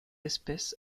espèce